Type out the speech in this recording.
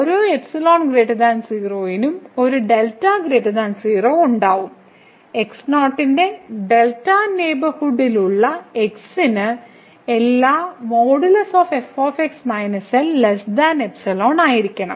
ഓരോ നും ഒരു ഉണ്ടാകും x0 ന്റെ ഡെൽറ്റ നെയ്ബർഹുഡിൽ ഉള്ള x ന് എല്ലാം ആയിരിക്കണം